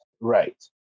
right